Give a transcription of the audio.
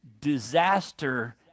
disaster